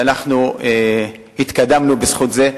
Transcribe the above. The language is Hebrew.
ואנחנו התקדמנו בזכות זה.